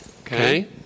Okay